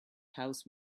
house